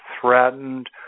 threatened